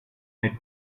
met